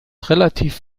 relativ